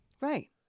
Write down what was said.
Right